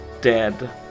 dead